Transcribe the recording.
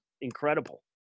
Incredible